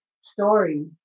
story